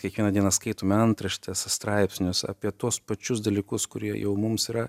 kiekvieną dieną skaitome antraštes straipsnius apie tuos pačius dalykus kurie jau mums yra